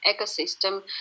ecosystem